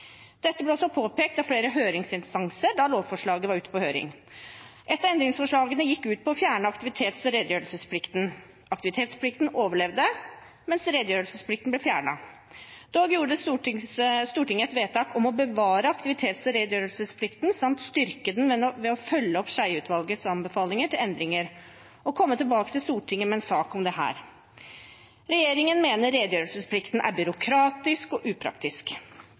Dette ble også påpekt av flere høringsinstanser da lovforslaget var ute på høring. Ett av endringsforslagene gikk ut på å fjerne aktivitets- og redegjørelsesplikten. Aktivitetsplikten overlevde, mens redegjørelsesplikten ble fjernet. Dog gjorde Stortinget et vedtak hvor man ba regjeringen om å «bevare aktivitets- og redegjørelsesplikten, samt styrke den ved å følge opp Skjeie-utvalgets anbefalinger til endringer, og komme tilbake til Stortinget på egnet måte med en sak om dette.» Regjeringen mener redegjørelsesplikten er byråkratisk og upraktisk.